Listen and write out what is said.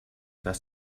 that